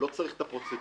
לא צריך את הפרוצדורה.